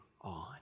on